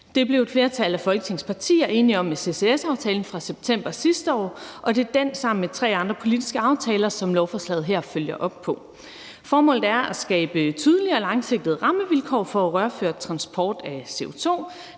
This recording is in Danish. Det blev et flertal af Folketingets partier enige om i ccs-aftalen fra september sidste år, og det er den sammen med tre andre politiske aftaler, som lovforslaget her følger op på. Formålet er at skabe tydelige og langsigtede rammevilkår for rørført transport af CO2.